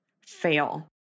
fail